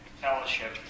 fellowship